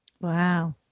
Wow